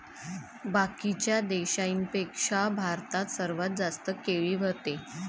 बाकीच्या देशाइंपेक्षा भारतात सर्वात जास्त केळी व्हते